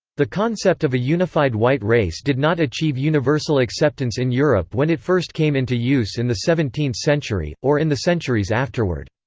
the concept of a unified white race did not achieve universal acceptance in europe when it first came into use in the seventeenth century, or in the centuries afterward.